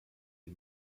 die